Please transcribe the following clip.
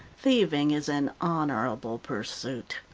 thieving is an honorable pursuit.